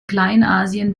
kleinasien